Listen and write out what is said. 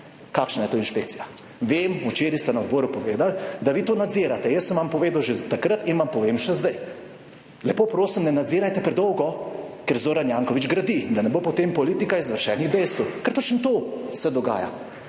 Kakšna je to inšpekcija? Vem, včeraj ste na odboru povedali, da vi to nadzirate. Jaz sem vam povedal že takrat in vam povem še zdaj, lepo prosim, ne nadzirajte predolgo, ker Zoran Janković gradi, da ne bo potem politika izvršenih dejstev, ker točno to se dogaja.